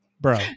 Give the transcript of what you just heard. bro